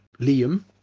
Liam